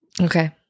Okay